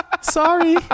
Sorry